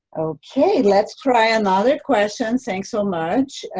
okay let's try another question, thanks so much,